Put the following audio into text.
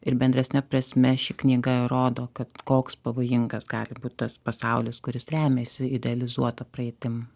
ir bendresne prasme ši knyga rodo kad koks pavojingas gali būt tas pasaulis kuris remiasi idealizuota praeitim